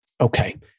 Okay